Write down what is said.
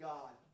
God